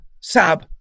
Sab